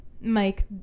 Mike